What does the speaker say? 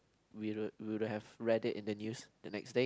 we would would have read it in this news the next day